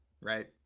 right